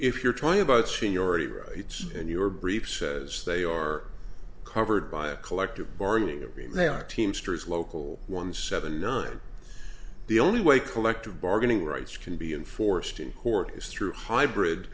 if you're trying about seniority rights and your brief says they are covered by a collective bargaining agreement they are teamsters local one seventy nine the only way collective bargaining rights can be enforced in court is through hybrid